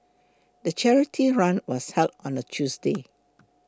the charity run was held on a Tuesday